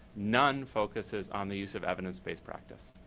none focuses on the use of evidence-based practice.